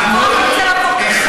אתה בכוח רוצה להפוך אותם לפליטים.